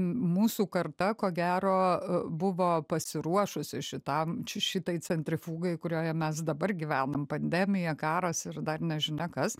mūsų karta ko gero buvo pasiruošusi šitam šitai centrifugai kurioje mes dabar gyvenam pandemija karas ir dar nežinia kas